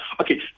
okay